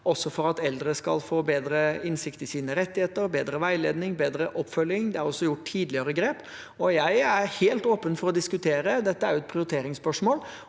også for at eldre skal få bedre innsikt i sine rettigheter, bedre veiledning og bedre oppfølging. Det er også gjort grep tidligere, og jeg er helt åpen for å diskutere – dette er jo et prioriteringsspørsmål